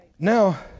Now